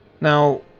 Now